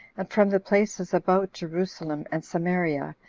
and from the places about jerusalem and samaria,